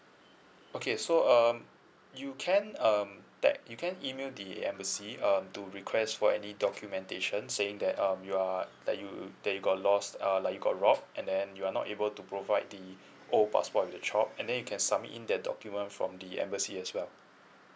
okay so um you can um that you can email the embassy um to request for any documentation saying that um your uh that you um that you got lost err like you got robbed and then you are not able to provide the old passport with the chop and then you can submit in that document from the embassy as well